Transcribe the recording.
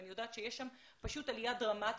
אני יודעת שיש עלייה דרמטית.